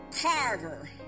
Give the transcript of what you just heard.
Carver